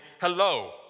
Hello